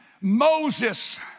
Moses